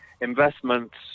investments